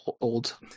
old